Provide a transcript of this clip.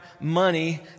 money